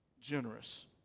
generous